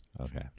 okay